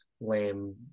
lame